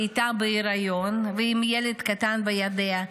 שהייתה בהיריון ועם ילד קטן בידיה,